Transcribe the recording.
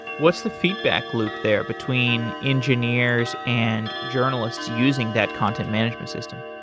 what's the feedback loop there between engineers and journalist using that content management system?